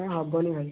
ଏ ହେବନି ଭାଇ